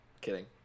Kidding